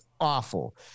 awful